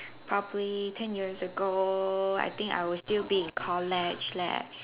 probably ten years ago I think I will still be in college leh